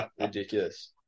Ridiculous